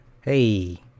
Hey